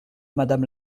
madame